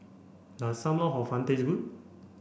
does Sam Lau Hor Fun taste good